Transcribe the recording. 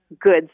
goods